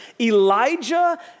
Elijah